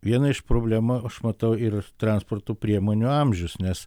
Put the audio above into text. viena iš problemų aš matau ir transporto priemonių amžius nes